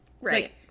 Right